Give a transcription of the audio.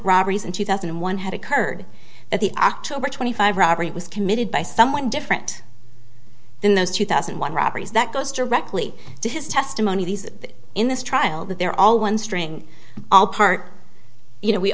robberies in two thousand and one had occurred at the october twenty five robbery was committed by someone different in those two thousand and one robberies that goes directly to his testimony these in this trial that they're all one string all part you know we